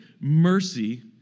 mercy